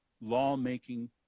lawmaking